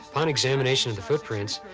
on examination of the footprints,